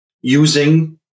using